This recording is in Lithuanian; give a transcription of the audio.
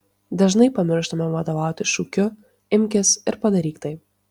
dažnai pamirštame vadovautis šūkiu imkis ir padaryk tai